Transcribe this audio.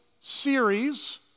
series